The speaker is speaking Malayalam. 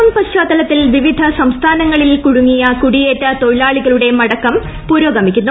ലോക്ഡൌൺ പശ്ചാത്തലത്തിൽ വിവ്വിധ്യപ്സ്ഥാനങ്ങളിൽ കുടുങ്ങിയ കുടിയേറ്റ തൊഴിലാളികളുടൂട്ട് മടക്കം പുരോഗമിക്കുന്നു